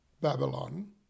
Babylon